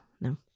No